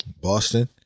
Boston